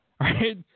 right